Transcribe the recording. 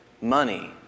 money